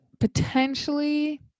potentially